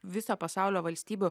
viso pasaulio valstybių